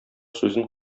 сүзен